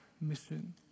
mission